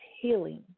healing